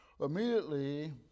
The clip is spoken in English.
Immediately